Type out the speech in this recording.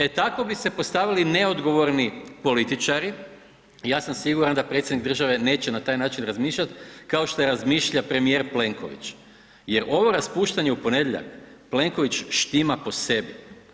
E tako bi se postavili neodgovorni političari, ja sam siguran da predsjednik države neće na taj način razmišljati, kao što razmišlja premijer Plenković jer ovo raspuštanje u ponedjeljak, Plenković štima po sebi.